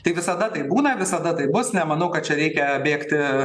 tai visada taip būna visada taip bus nemanau kad čia reikia bėgti